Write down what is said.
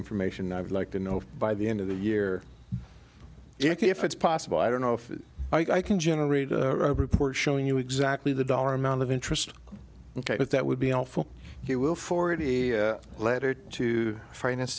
information i would like to know by the end of the year if it's possible i don't know if i can generate a report showing you exactly the dollar amount of interest but that would be helpful he will forward a letter to finance